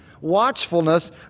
Watchfulness